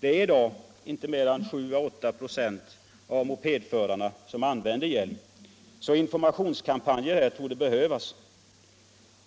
Det är i dag inte mer än 7 å 8 46 av mopedförarna som använder hjälm, så informationskampanjer här torde behövas.